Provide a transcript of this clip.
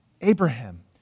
Abraham